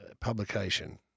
publication